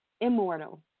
immortal